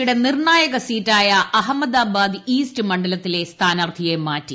യുടെ നിർണായകസീറ്റായ അഹമ്മദാബാദ് ഈസ്റ്റ് മണ്ഡലത്തിലെ സ്ഥാനാർത്ഥിയെ മാറ്റി